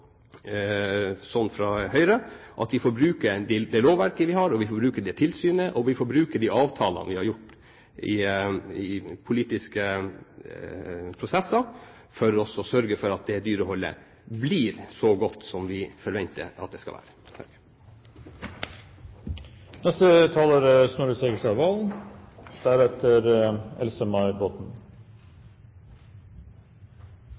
fra Høyres side at vi får bruke det lovverket vi har, vi får bruke det tilsynet vi har og vi får bruke de avtalene vi har gjort i politiske prosesser, for å sørge for at det dyreholdet blir så godt som vi forventer at det skal være. Denne debatten handler i bunn og grunn om hva vi mener er